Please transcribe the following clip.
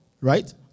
right